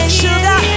sugar